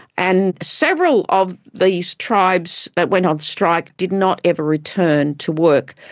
and several of these tribes that went on strike did not ever return to work.